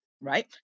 right